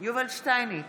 יובל שטייניץ,